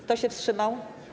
Kto się wstrzymał?